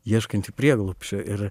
ieškantį prieglobsčio ir